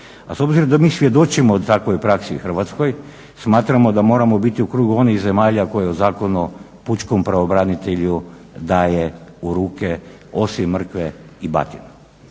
A s obzirom da mi svjedočimo takvoj praksi u Hrvatskoj smatramo da moramo biti u krugu onih zemalja koje u Zakonu o pučkom pravobranitelju daje u ruke osim mrkve i batinu.